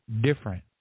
different